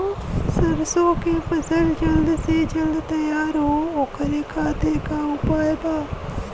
सरसो के फसल जल्द से जल्द तैयार हो ओकरे खातीर का उपाय बा?